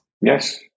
Yes